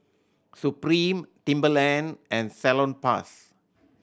Supreme Timberland and Salonpas